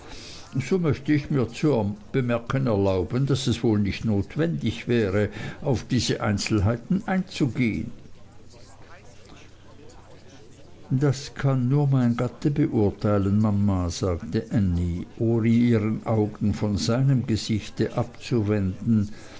so möchte ich mir zu bemerken erlauben daß es wohl nicht notwendig wäre auf diese einzelheiten einzugehen das kann nur mein gatte beurteilen mama sagte ännie ohne ihre augen von seinem gesicht abzuwenden